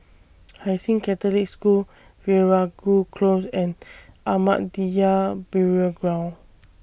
Hai Sing Catholic School Veeragoo Close and Ahmadiyya Burial Ground